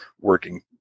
working